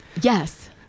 Yes